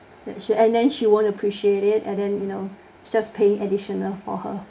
that's true and then she won't appreciate it and then you know it's just paying additional for her